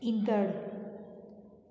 ईंदड़ु